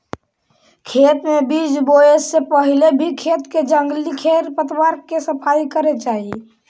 खेत में बीज बोए से पहले भी खेत के जंगली खेर पतवार के सफाई करे चाही